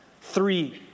Three